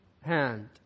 hand